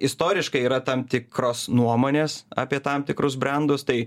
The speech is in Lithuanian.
istoriškai yra tam tikros nuomonės apie tam tikrus brendus tai